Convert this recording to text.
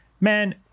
man